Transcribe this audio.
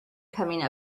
coming